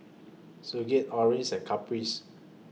Sigurd Orson and Caprice